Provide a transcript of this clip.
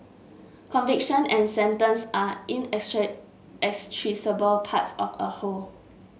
conviction and sentence are parts of a whole